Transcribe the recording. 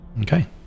Okay